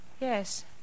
Yes